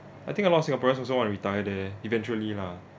I think a lot of singaporeans also wanna retire there eventually lah